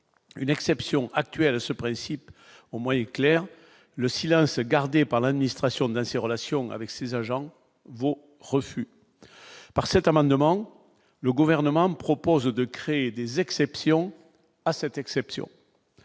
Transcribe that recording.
une exception actuelle ce principe au moins le SIDA un s'est gardé par l'administration de un de ses relations avec ses agents vaut refus par cet amendement, le gouvernement propose de créer des exceptions à cette exception